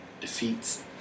defeats